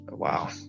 wow